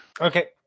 Okay